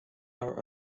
are